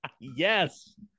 Yes